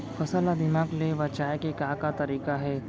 फसल ला दीमक ले बचाये के का का तरीका हे?